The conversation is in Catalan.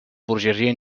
burgesia